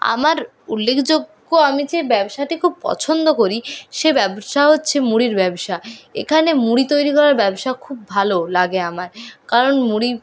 আমার উল্লেখযোগ্য আমি যে ব্যবসাটি খুব পছন্দ করি সে ব্যবসা হচ্ছে মুড়ির ব্যবসা এখানে মুড়ি তৈরি করার ব্যবসা খুব ভালো লাগে আমার কারণ মুড়ি